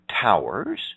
towers